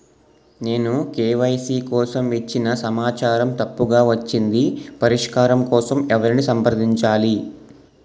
నేను కే.వై.సీ కోసం ఇచ్చిన సమాచారం తప్పుగా వచ్చింది పరిష్కారం కోసం ఎవరిని సంప్రదించాలి?